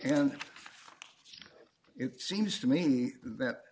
and it seems to me that